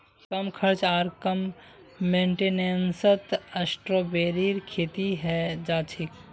कम खर्च आर कम मेंटेनेंसत स्ट्रॉबेरीर खेती हैं जाछेक